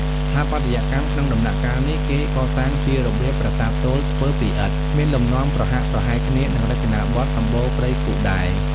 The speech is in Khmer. ស្ថាបត្យកម្ម ក្នុងដំណាក់កាលនេះ គេកសាងជារបៀបប្រាសាទទោលធ្វើពីឥដ្ឋ មានលំនាំប្រហាក់ប្រហែលគ្នានឹងរចនាបថសម្បូណ៌ព្រៃគុហ៍ដែរ។